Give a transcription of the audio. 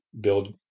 build